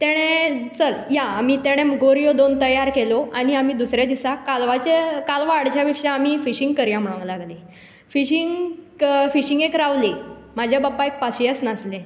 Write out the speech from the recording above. तांणे चल या तांणे गोरयो दोन तयार केल्यो आनी आमी दुसरे दिसा कालवां हाडचे पेक्षा आमी फिशिंग करूया म्हणूंक लागली फिशिंग फिशींगेक रावली म्हज्या बापायक पाशियेस नासले